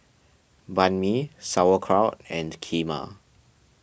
Banh Mi Sauerkraut and Kheema